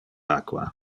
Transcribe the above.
aqua